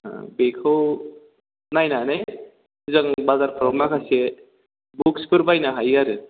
बेखौ नायनानै जों बाजारफ्राव माखासे बुख्सफोर बायनो हायो आरो